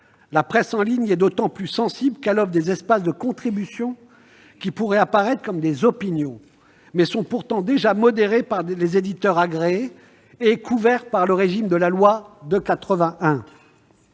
La presse en ligne est d'autant plus sensible qu'elle offre des espaces de contributions qui pourraient apparaître comme des opinions, mais sont pourtant déjà modérées par des éditeurs agréés et couvertes par la loi de 1881.